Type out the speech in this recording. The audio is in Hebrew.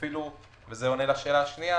זה עונה על השאלה השנייה